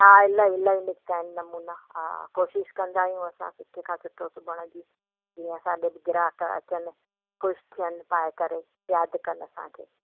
हा इलाही इलाही निकिता आहिनि नमूना हा कोशिशि कंदा आहियूं असां सुठे खां सुठो सिबण जी जीअं असां वटि ग्राहक अचनि ख़ुशि थियनि पाए करे यादि कनि असांखे